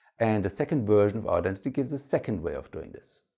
and the second version of identity gives a second way of doing this.